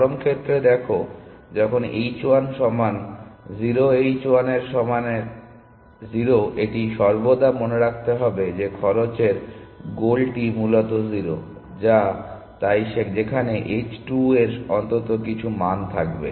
চরম ক্ষেত্রে দেখো যখন h 1 সমান 0 h 1 এর সমান 0 এটি সর্বদা মনে রাখতে হবে যে খরচের গোলটি মূলত 0 যা তাই যেখানে h 2 এর অন্তত কিছু মান থাকবে